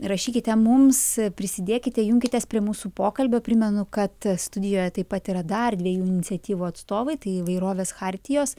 rašykite mums prisidėkite junkitės prie mūsų pokalbio primenu kad studijoje taip pat yra dar dviejų iniciatyvų atstovai tai įvairovės chartijos